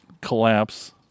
collapse